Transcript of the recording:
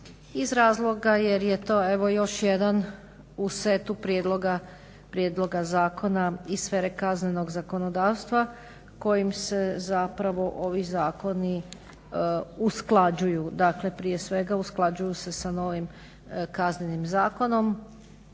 iz razloga jer je to evo još jedan u setu prijedloga zakona iz sfere kaznenog zakonodavstva kojim se zapravo ovi zakoni usklađuju, dakle prije svega usklađuju se sa novim Kaznenim zakonom.